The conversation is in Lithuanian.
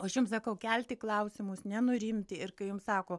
o aš jums sakau kelti klausimus nenurimti ir kai jums sako